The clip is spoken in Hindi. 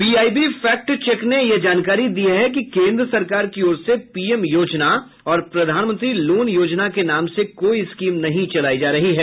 पीआईबी फैक्ट चेक ने यह जानकारी दी है कि केन्द्र सरकार की ओर से पीएम योजना और प्रधानमंत्री लोन योजना के नाम से कोई स्कीम नहीं चलायी जा रही है